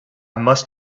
must